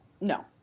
No